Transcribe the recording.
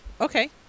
Okay